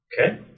Okay